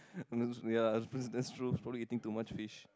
oh no that's ya precisely that's true probably eating too much fish